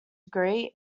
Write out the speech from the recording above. degree